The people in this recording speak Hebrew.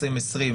2020,